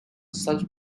self